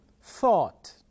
thought